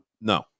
No